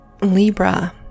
Libra